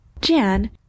Jan